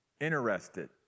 interested